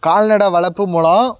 கால்நடை வளர்ப்பு மூலம்